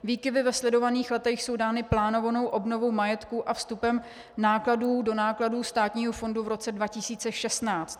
Výkyvy ve sledovaných letech jsou dány plánovanou obnovou majetku a vstupem nákladů do nákladů státního fondu v roce 2016.